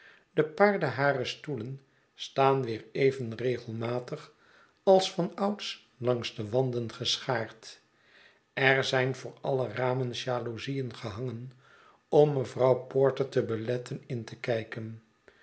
de paardeharen stoelen staan weer even regelmatig als van ouds langs de wanden geschaard er zijn voor alle ramen jaloezien gehangen om mevrouw porter te beletten in te kijken